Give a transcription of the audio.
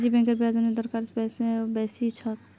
निजी बैंकेर ब्याज दर सरकारी बैंक स बेसी ह छेक